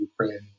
Ukraine